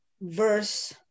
verse